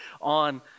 on